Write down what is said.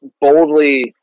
boldly